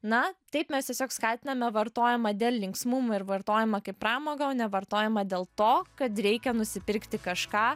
na taip mes tiesiog skatiname vartojimą dėl linksmumo ir vartojimą kaip pramogą o ne vartojimą dėl to kad reikia nusipirkti kažką